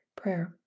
Prayer